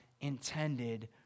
intended